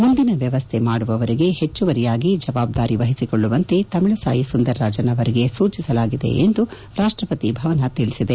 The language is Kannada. ಮುಂದಿನ ವ್ಯವಸ್ಥೆಯನ್ನು ಮಾಡುವವರೆಗೆ ಹೆಚ್ಚುವರಿಯಾಗಿ ಜವಾಬ್ದಾರಿ ವಹಿಸಿಕೊಳ್ಳುವಂತೆ ತಮಿಳುಸಾಯಿ ಸುಂದರರಾಜನ್ ಅವರಿಗೆ ಸೂಚಿಸಲಾಗಿದೆ ಎಂದು ರಾಷ್ಟಪತಿ ಭವನ ತಿಳಿಸಿದೆ